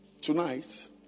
Tonight